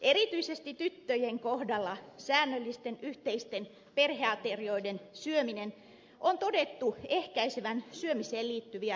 erityisesti tyttöjen kohdalla säännöllisten yhteisten perheaterioiden syömisen on todettu ehkäisevän syömiseen liittyviä häiriöitä